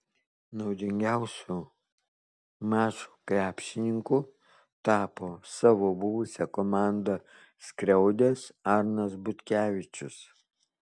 naudingiausiu mačo krepšininku tapo savo buvusią komandą skriaudęs arnas butkevičius